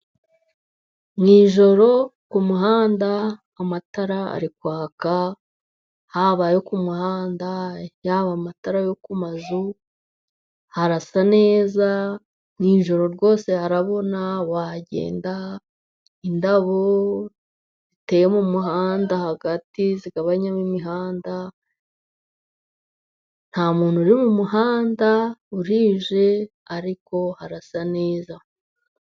Mu ijoro kumuhanda, amatara ari kwaka, haba ayo kumuhanda, yaba amatara yo ku mazu, harasa neza, ninjoro rwose harabona, wagenda, indabo ziteye mu muhanda hagati zigabanyamo imihanda, nta muntu uri mu muhanda burije, ariko harasa neza.